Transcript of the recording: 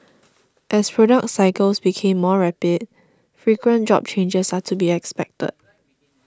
as product cycles became more rapid frequent job changes are to be expected